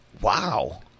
wow